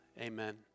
Amen